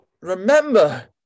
remember